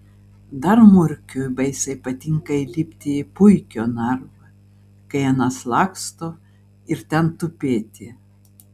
dar murkiui baisiai patinka įlipti į puikio narvą kai anas laksto ir ten tupėti